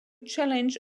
challenge